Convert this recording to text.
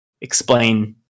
explain